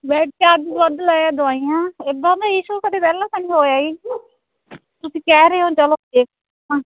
bed charges ਵੱਧ ਲਾਏ ਦਵਾਈਆਂ ਇਦਾਂ ਦਾ ਇਸ਼ੂ ਨਹੀਂ ਪਹਿਲਾਂ ਕਦੀ ਹੋਇਆ ਜੀ ਤੁਸੀਂ ਕਹਿ ਰਹੇ ਹੋ ਚਲੋ ਦੇਖਦੇ ਹਾਂ